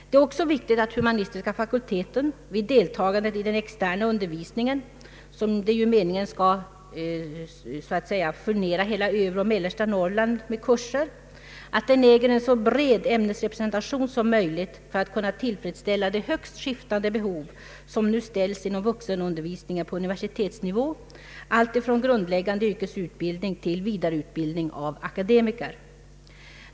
Det är också viktigt att humanistiska fakulteten vid deltagandet i den externa undervisningen som är avsedd att så att säga förse hela övre och mellersta Norrland med kurser har en så bred ämnesrepresentation som möjligt för att kunna tillfredsställa de högst skiftande behov som nu ställs på vuxenundervisningen på universitetsnivå, alltifrån grundläggande yrkesutbildning till vidareutbildning av akademiker.